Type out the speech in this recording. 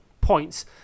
points